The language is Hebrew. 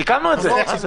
סיכמנו את זה.